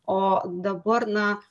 o dabar na